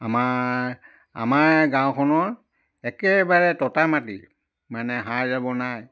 আমাৰ আমাৰ গাঁওখনৰ একেবাৰে ততা মাটি মানে সাৰ জাবৰ নাই